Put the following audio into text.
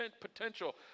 potential